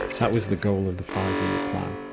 that was the goal of the five-year plan,